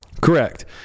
Correct